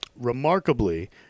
Remarkably